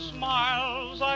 smiles